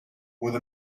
with